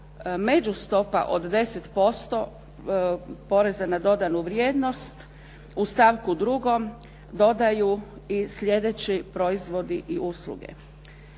međustopa od 10% poreza na dodanu vrijednost u stavku 2. dodaju i sljedeći proizvodi i usluge.